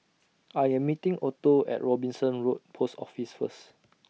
I Am meeting Otto At Robinson Road Post Office First